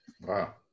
Wow